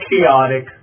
chaotic